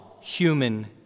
human